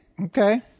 Okay